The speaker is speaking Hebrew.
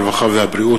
הרווחה והבריאות.